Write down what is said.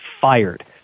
fired